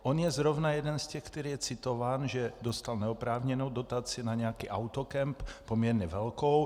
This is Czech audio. On je zrovna jeden z těch, který je citován, že dostal neoprávněnou dotaci na nějaký autokemp, poměrně velkou.